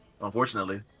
Unfortunately